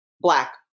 black